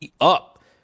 up